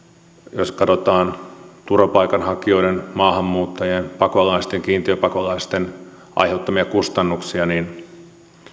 jos katsotaan turvapaikanhakijoiden maahanmuuttajien pakolaisten kiintiöpakolaisten aiheuttamia kustannuksia niin